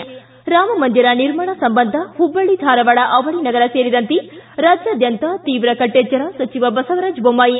ರ್ಷಿ ರಾಮಮಂದಿರ ನಿರ್ಮಾಣ ಸಂಬಂಧ ಪುಬ್ಬಳ್ಳಿ ಧಾರವಾಡ ಅವಳಿ ನಗರ ಸೇರಿದಂತೆ ರಾಜ್ಯಾದ್ಯಂತ ತೀವ್ರ ಕಟ್ಟೆಚ್ಚರ ಸಚಿವ ಬಸವರಾಜ ಬೊಮ್ಮಾಯಿ